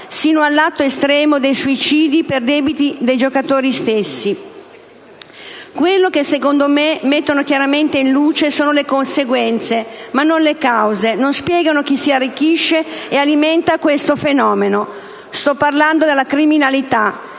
sino all'atto estremo dei suicidi per debiti dei giocatori stessi. Quello che secondo me mettono chiaramente in luce sono le conseguenze, ma non le cause, non spiegano chi si arricchisce e alimenta questo fenomeno. Sto parlando della criminalità,